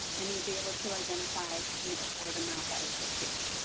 and you'll be able to identify the award amount that is withheld.